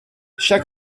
chaque